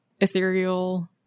ethereal